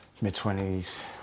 mid-twenties